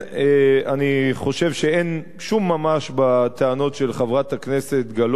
אני חושב שאין שום ממש בטענות של חברת הכנסת גלאון.